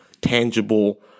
tangible